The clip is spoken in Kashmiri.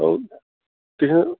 او تہ